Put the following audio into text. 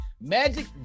Magic